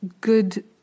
good